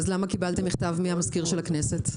אז למה קיבלתם מכתב מהמזכיר של הכנסת?